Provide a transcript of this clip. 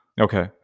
Okay